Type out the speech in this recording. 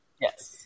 yes